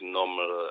normal